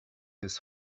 his